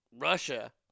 Russia